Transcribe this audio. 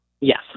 yes